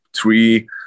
three